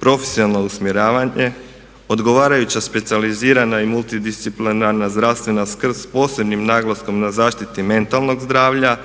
profesionalno usmjeravanje, odgovarajuća specijalizirana i multidisciplinarna zdravstvena skrb s posebnim naglaskom na zaštiti mentalnog zdravlja